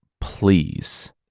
Please